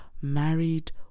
married